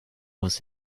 was